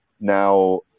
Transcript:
now